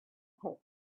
pits